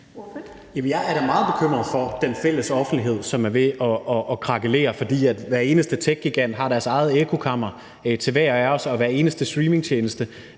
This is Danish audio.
jeg er da meget bekymret for den fælles offentlighed, som er ved at krakelere, fordi hver eneste techgigant har sit eget ekkokammer til hver af os, og de mange streamingtjenester